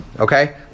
okay